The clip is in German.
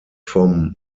vom